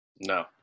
No